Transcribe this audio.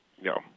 No